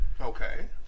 Okay